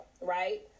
right